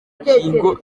rukingo